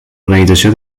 organització